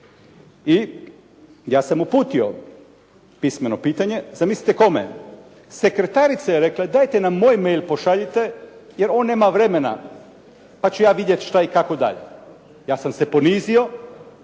I ja sam uputio pismeno pitanje, zamislite kome, sekretarica je rekla, dajte na moj e-mail pošaljite jer on nema vremena pa ću ja vidjeti što i kako dalje. Ja sam se ponizio